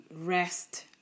rest